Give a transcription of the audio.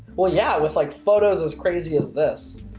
well, yeah, with like photos as crazy as this,